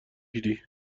گیری